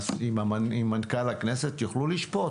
עם מנכ"ל הכנסת יוכלו לשפוט,